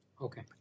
Okay